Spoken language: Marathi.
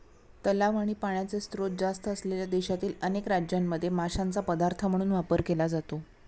तलाव आणि पाण्याचे स्त्रोत जास्त असलेल्या देशातील अनेक राज्यांमध्ये माशांचा पदार्थ म्हणून वापर केला जातो